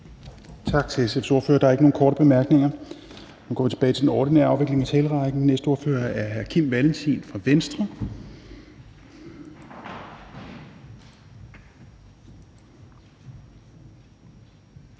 Tak til SF's ordfører. Der er ikke nogen korte bemærkninger. Nu går vi tilbage til den ordinære afvikling af talerrækken. Den næste ordfører er hr. Kim Valentin fra Venstre.